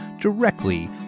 directly